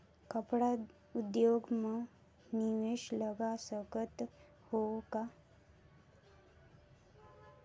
कपड़ा उद्योग म निवेश लगा सकत हो का?